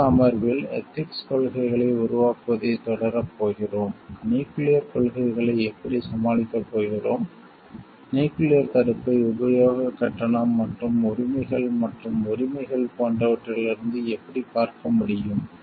அடுத்த அமர்வில் எதிக்ஸ் கொள்கைகளை உருவாக்குவதைத் தொடரப் போகிறோம் நியூக்கிளியர் கொள்கைகளை எப்படிச் சமாளிக்கப் போகிறோம் நியூக்கிளியர் தடுப்பை உபயோகக் கண்ணோட்டம் மற்றும் உரிமைகள் மற்றும் உரிமைகள் போன்றவற்றிலிருந்து எப்படிப் பார்க்க முடியும்